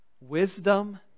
Wisdom